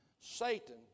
Satan